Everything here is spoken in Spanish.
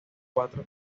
cuatro